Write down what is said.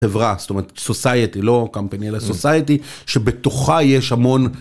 חברה, זאת אומרת, סוסייטי לא קאמפני אלא סוסייטי שבתוכה יש המון.